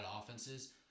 offenses